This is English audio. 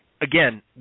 again